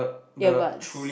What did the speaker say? yeah but